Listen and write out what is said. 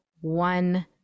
one